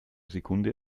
sekunde